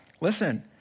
listen